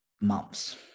months